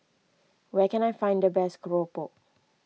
where can I find the best Keropok